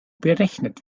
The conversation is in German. berechnet